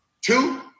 Two